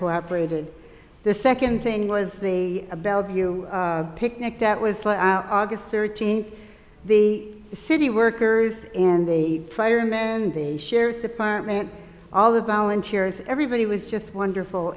cooperated the second thing was the bellevue picnic that was august thirteenth the city workers and the fire men and the sheriff's department all the volunteers everybody was just wonderful